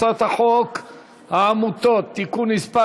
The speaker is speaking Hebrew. הצעת חוק העמותות (תיקון מס'